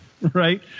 right